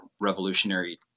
revolutionary